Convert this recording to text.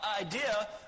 idea